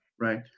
right